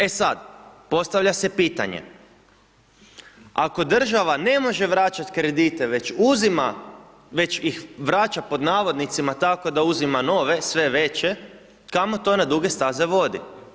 E sad, postavlja se pitanje, ako država ne može vraćati kredite, već uzima, već ih vraća pod navodnicima tako da uzima nove, sve veće, kamo to na duge staze vodi?